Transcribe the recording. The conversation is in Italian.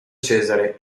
cesare